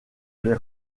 les